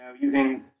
using